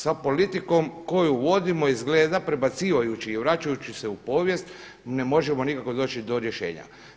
Sa politikom koju vodimo, izgleda, prebacivajući i vraćajući se u povijest ne možemo nikako doći do rješenja.